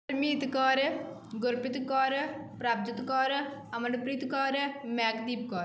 Amit Kaur Gurpreet Kaur Prabhjot Kaur Amarpreet Kaur Mehakdeep Kaur